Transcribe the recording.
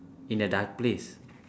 in a dark place